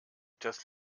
das